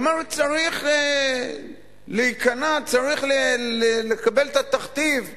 הוא אומר: צריך להיכנע, צריך לקבל את התכתיב.